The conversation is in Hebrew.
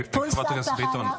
חברת הכנסת ביטון,